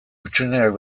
hutsuneak